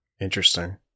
Interesting